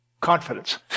confidence